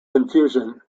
confusion